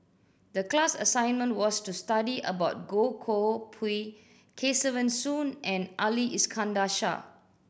the class assignment was to study about Goh Koh Pui Kesavan Soon and Ali Iskandar Shah